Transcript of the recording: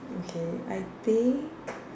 okay I think